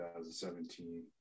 2017